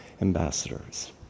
ambassadors